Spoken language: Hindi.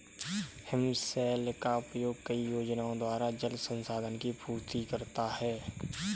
हिमशैल का उपयोग कई योजनाओं द्वारा जल संसाधन की पूर्ति करता है